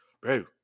Bro